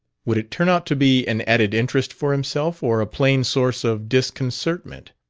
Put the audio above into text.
would it turn out to be an added interest for himself, or a plain source of disconcertment?